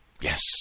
Yes